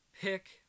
pick